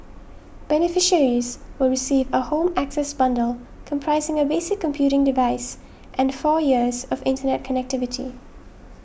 beneficiaries will receive a Home Access bundle comprising a basic computing device and four years of internet connectivity